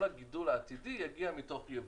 כל הגידול העתידי יגיע מתוך ייבוא.